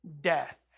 death